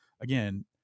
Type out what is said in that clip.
again